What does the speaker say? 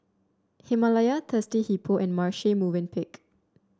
Himalaya Thirsty Hippo and Marche Movenpick